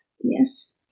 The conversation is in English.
Yes